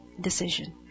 decision